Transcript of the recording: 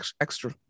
extra